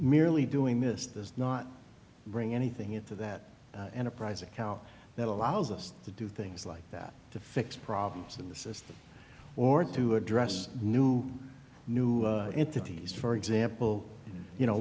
merely doing this does not bring anything into that enterprise account that allows us to do things like that to fix problems in the system or to address new new entities for example you know